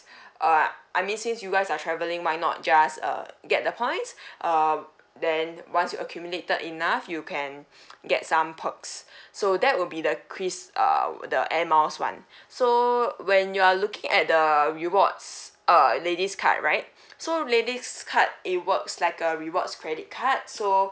uh I mean since you guys are travelling why not just uh get the points um then once you accumulated enough you can get some perks so that will be the kris err the air miles one so when you are looking at the rewards err ladies card right so ladies card it works like a rewards credit card so